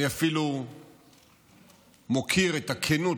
אני אפילו מוקיר את הכנות,